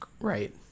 right